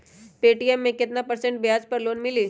Paytm मे केतना percent ब्याज पर लोन मिली?